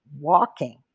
walking